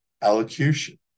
allocution